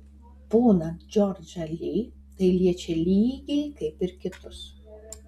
poną džordžą li tai liečia lygiai kaip ir kitus